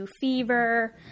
fever